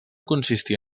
consistir